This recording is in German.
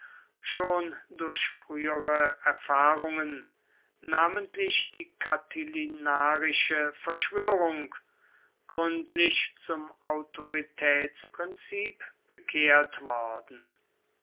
schon durch frühere erfahrungen namentlich die catilinarische verschwörung gründlich zum autoritätsprinzip bekehrt worden